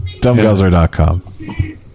Dumbguzzler.com